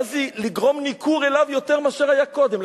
ואז זה לגרום ניכור אליו יותר משהיה קודם.